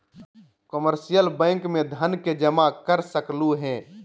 commercial bank में धन के जमा कर सकलु हें